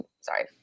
Sorry